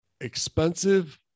expensive